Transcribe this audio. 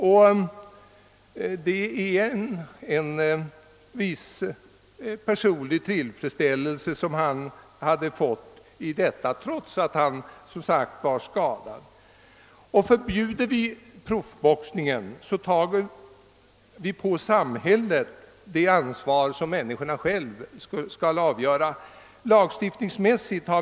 Han har funnit en viss personlig tillfredsställelse i boxningen trots att han blivit skadad. Om vi förbjuder proffsboxningen lägger vi på samhället det ansvar som människorna själva bör ta.